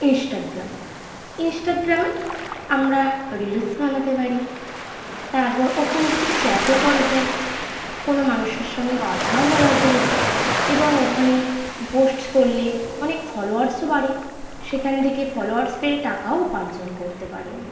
Instagram ইন্সটাগ্রামে আমরা reels বানাতে পারি তারপর ওখান থেকে চ্যাটও করা যায় কোনো মানুষের সঙ্গে কথাও বলা যায় এবং ওখানে পোস্ট করলে অনেক ফলোয়ার্সও বাড়ে সেখান থেকে ফলোয়ার্স বেড়ে টাকাও উপার্জন করতে পারি আমরা